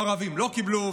הערבים לא קיבלו,